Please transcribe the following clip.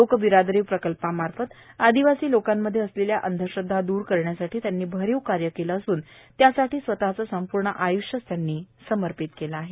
लोक बिरादरी प्रकल्पामार्फत आदिवासी लोकांमध्ये असलेली अंधश्रद्धा दूर करण्यासाठी त्यांनी भरीव कार्य केले असून त्यासाठी स्वतचे संपूर्ण आय्ष्य त्यांनी समर्पित केले आहे